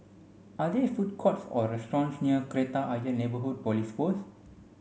are there food courts or restaurants near Kreta Ayer Neighbourhood Police Post